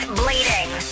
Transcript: bleeding